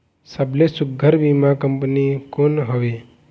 सबले सुघ्घर बीमा कंपनी कोन हवे?